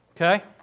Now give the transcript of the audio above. okay